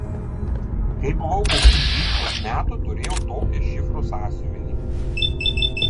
kai buvau kokių dvylikos metų turėjau tokį šifrų sąsiuvinį